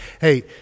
Hey